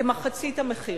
כמחצית המחיר.